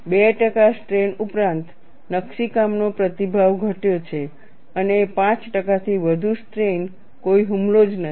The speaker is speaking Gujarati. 2 ટકા સ્ટ્રેન ઉપરાંત નકશીકામનો પ્રતિભાવ ઘટ્યો છે અને 5 ટકાથી વધુ સ્ટ્રેઈન કોઈ હુમલો જ નથી